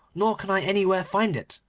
nor can i anywhere find it,